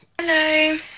Hello